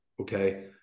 Okay